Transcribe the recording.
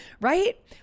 right